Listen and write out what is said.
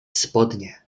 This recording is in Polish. spodnie